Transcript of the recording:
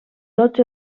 tots